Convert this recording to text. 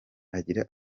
agira